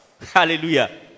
Hallelujah